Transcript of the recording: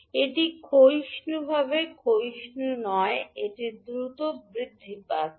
এটি ক্ষয়িষ্ণুভাবে কমছে না এটি দ্রুত বৃদ্ধি পাচ্ছে